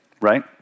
right